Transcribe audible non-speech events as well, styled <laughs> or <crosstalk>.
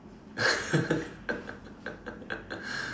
<laughs>